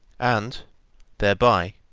and thereby,